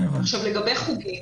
לגבי חוגים.